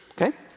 Okay